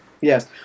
Yes